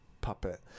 Puppet